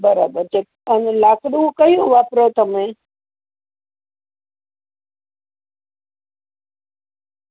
બરાબર છે અને લાકડું ક્યું વાપરો તમે